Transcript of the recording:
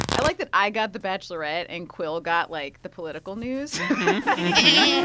i like that i got the bachelorette and quil got, like, the political news. i